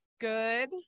good